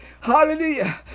Hallelujah